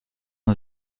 nur